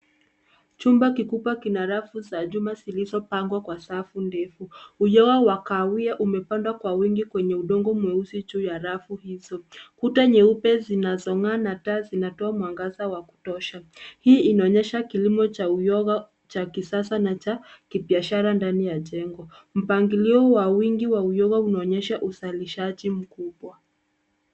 Chumba kikubwa kina rafu za chuma zilizopangwa kwa safu ndefu. Uyoga wa kahawia umepandwa kwa wingi kwenye udongo mweusi juu ya rafu hizo. Kuta nyeupe zinazong'aa na taa zinatoa mwangaza wa kutosha. Hii inaonyesha kilimo cha uyoga cha kisasa na cha kibiashara ndani ya jengo. Mpangilio wa wingi wa uyoga unaonyesha uzalishaji mkubwa.